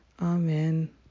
amen